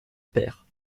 paire